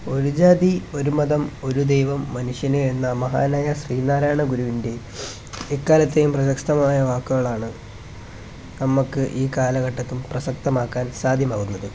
ഒരു ജാതി ഒരു മതം ഒരു ദൈവം മനുഷ്യന് എന്ന മഹാനായ ശ്രീനാരായണ ഗുരുവിന്റെ എക്കാലത്തെയും പ്രസക്തമായ വാക്കുകളാണ് നമുക്ക് ഈ കാലഘട്ടത്തില് പ്രസക്തമാക്കാന് സാദ്ധ്യമാകുന്നത്